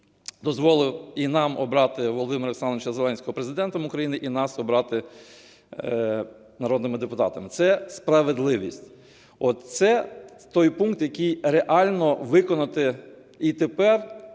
дозволив і нам обрати Володимира Олександровича Зеленського Президентом України, і нас обрати народними депутатами – це справедливість. Це той пункт, який реально виконати і тепер